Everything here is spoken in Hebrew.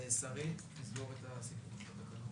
שרית תסגור את הסיפור של התקנות